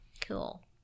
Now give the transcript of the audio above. Cool